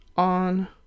on